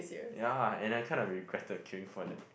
ya and I kind of regretted queueing for that